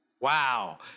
Wow